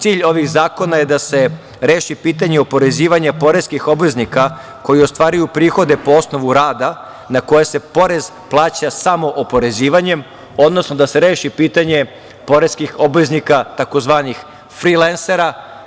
Cilj ovih zakona je da se reši pitanje oporezivanje poreskih obveznika koji ostvaruju prihode po osnovu rada na koje se porez plaća samo oporezivanjem, odnosno da se reši pitanje poreskih obveznika, takozvanih frilensera.